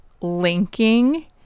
linking